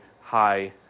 high